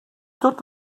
tot